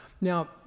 Now